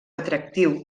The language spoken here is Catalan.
atractiu